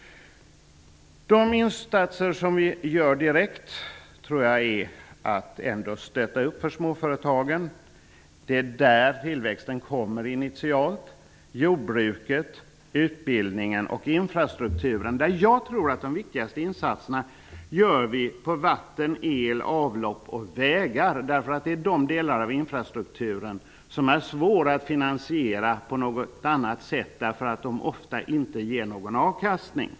De insatser som vi gör direkt är att stötta upp småföretagen -- det är där tillväxten skapas initialt -- stödja jordbruket, hjälpa med utbildningen och bygga upp infrastrukturen. Där tror jag att vi gör de viktigaste insatserna på vatten-, el-, avlopps och vägsystemen. Det är dessa delar av infrastrukturen som är svåra att finansiera därför att de ofta inte ger någon avkastning.